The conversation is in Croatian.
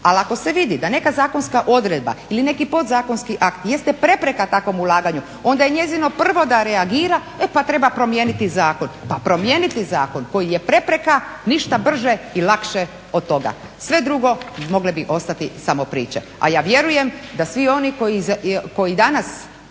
ali ako se vidi da neka zakonska odredba ili neki podzakonski akt jeste prepreka takvom ulaganju onda je njezino prvo da reagira e pa treba promijeniti zakon. Pa promijeniti zakon koji je prepreka ništa brže i lakše od toga. Sve drugo mogle bi ostati samo priče. A ja vjerujem da svi oni koji i danas